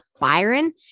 byron